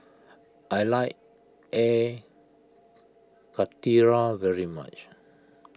I like Air Karthira very much